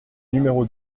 numéro